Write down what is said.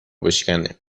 بشکنه